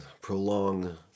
prolong